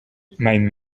mijn